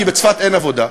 כי בצפת אין עבודה,